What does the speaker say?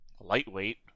lightweight